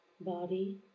Body